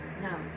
no